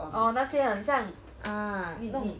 orh 那些很像弄弄